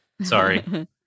Sorry